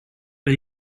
but